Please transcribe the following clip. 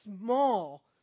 small